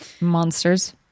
Monsters